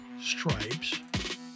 stripes